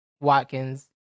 Watkins